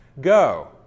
Go